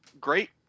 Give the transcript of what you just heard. great